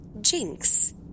jinx